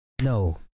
No